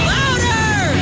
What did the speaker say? Louder